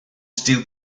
dyw